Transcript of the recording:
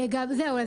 זהו.